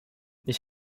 ich